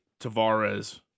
Tavares